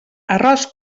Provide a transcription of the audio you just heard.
arròs